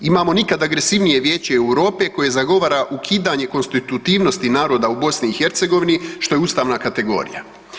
Imamo nikad agresivnije Vijeće EU koje zagovara ukidanje konstitutivnosti naroda u BiH, što je ustavna kategorija.